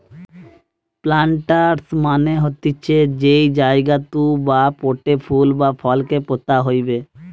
planters মানে হতিছে যেই জায়গাতু বা পোটে ফুল বা ফল কে পোতা হইবে